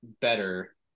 better